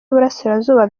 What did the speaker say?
y’uburasirazuba